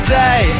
day